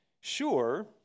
sure